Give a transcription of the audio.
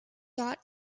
thought